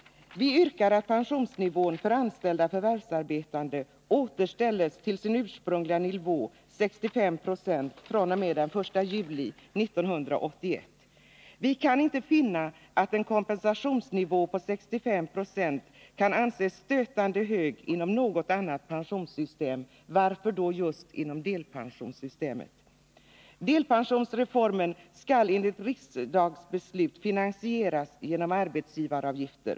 Vi yrkar att pensionsnivån för anställda förvärvsarbetande återställs till sin ursprungliga nivå, 65 96, fr.o.m. den 1 juli 1981. Vi kan inte finna att en kompensationsnivå på 65 70 är att anse som stötande hög inom något annat pensionssystem. Varför då just inom delpensionssystemet? Delpensionsreformen skall enligt riksdagsbeslut finansieras genom arbetsgivaravgifter.